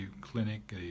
clinic